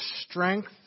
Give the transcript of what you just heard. strength